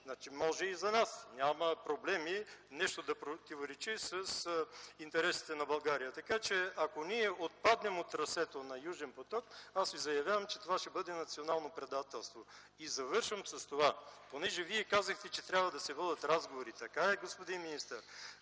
може и за нас. Няма проблеми нещо да противоречи с интересите на България, така че ако ние отпаднем от трасето на „Южен поток”, аз ви заявявам, че това ще бъде национално предателство. Завършвам с това, понеже Вие казахте, че трябва да се водят разговори - така е, господин министър.